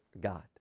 God